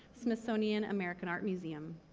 smithsonian american art museum.